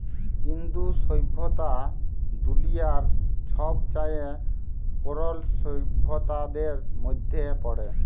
ইন্দু সইভ্যতা দুলিয়ার ছবচাঁয়ে পুরল সইভ্যতাদের মইধ্যে পড়ে